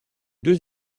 deux